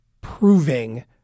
proving